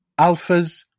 alphas